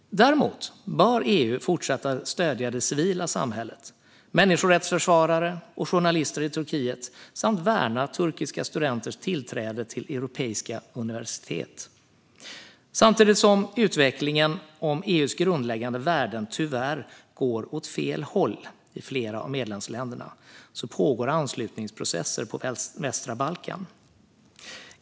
Däremot bör EU fortsätta att stödja det civila samhället, människorättsförsvarare och journalister i Turkiet, samt värna turkiska studenters tillträde till europeiska universitet. Samtidigt som utvecklingen när det gäller EU:s grundläggande värden tyvärr går åt fel håll i flera av medlemsländerna pågår anslutningsprocesser på västra Balkan.